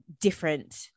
different